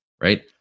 Right